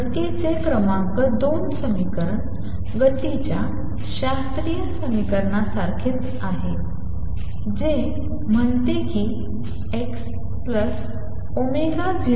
गतीचे क्रमांक 2 समीकरण गतीच्या शास्त्रीय समीकरणासारखेच आहे जे म्हणते की x02x0